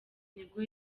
nibwo